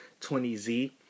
20Z